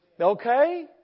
okay